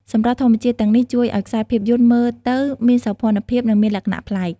សម្រស់ធម្មជាតិទាំងនេះជួយឲ្យខ្សែភាពយន្តមើលទៅមានសោភ័ណភាព និងមានលក្ខណៈប្លែក។